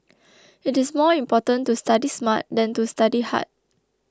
it is more important to study smart than to study hard